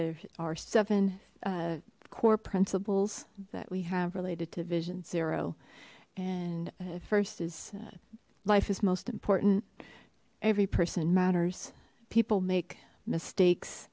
there are seven core principles that we have related to vision zero and first is life is most important every person matters people make mistakes